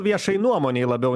viešajai nuomonei labiau